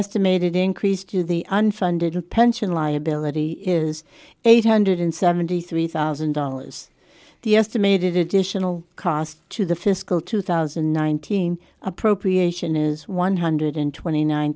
estimated increase to the unfunded pension liability is eight hundred seventy three thousand dollars the estimated additional cost to the fiscal two thousand and nineteen appropriation is one hundred twenty nine